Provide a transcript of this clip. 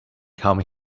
come